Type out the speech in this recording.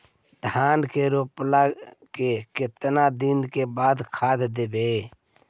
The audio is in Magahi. धान के रोपला के केतना दिन के बाद खाद देबै?